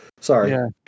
Sorry